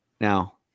Now